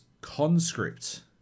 Conscript